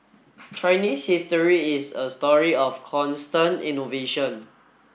Chinese history is a story of constant innovation